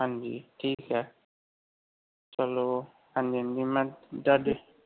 ਹਾਂਜੀ ਠੀਕ ਹੈ ਚਲੋ ਹਾਂਜੀ ਹਾਂਜੀ ਮੈਂ ਜਦੋਂ